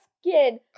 skin